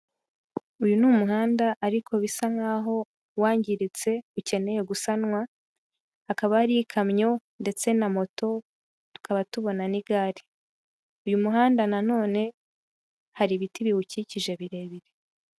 Uyu ni umuhanda ariko bisa nkaho wangiritse ukeneye gusanwa, hakaba hariho ikamyo ndetse na moto, tukaba tubona n'igare, uyu muhanda nanone hari ibiti biwukikije birebire.